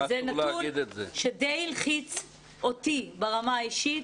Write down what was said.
זה נתון שדי הלחיץ אותי ברמה האישית.